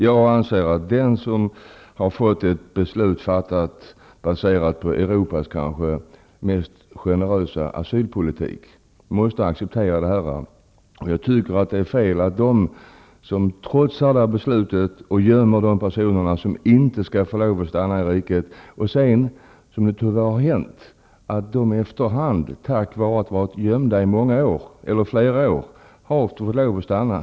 Jag anser att när ett beslut gällande en person har fattats, baserat på Europas kanske mest generösa asylpolitik, måste det accepteras. Jag tycker att det är fel av dem som trotsar beslutet och gömmer personer som inte skall få lov att stanna i riket. Det har tyvärr hänt att personer efter hand tack vare att de har varit gömda i flera år har fått lov att stanna.